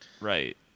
right